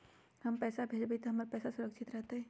हम पैसा भेजबई तो हमर पैसा सुरक्षित रहतई?